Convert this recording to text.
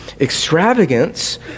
extravagance